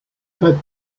had